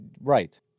right